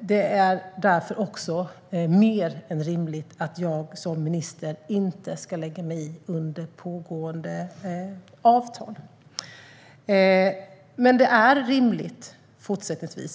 Det är därför också mer än rimligt att jag som minister inte ska lägga mig i under pågående avtalsprocess.